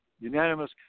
unanimous